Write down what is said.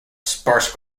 sparse